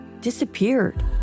disappeared